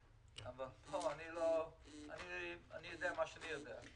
אני יודע מה שאני יודע.